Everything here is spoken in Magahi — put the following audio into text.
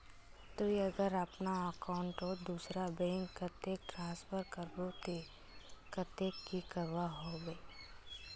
ती अगर अपना अकाउंट तोत दूसरा बैंक कतेक ट्रांसफर करबो ते कतेक की करवा होबे बे?